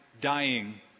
dying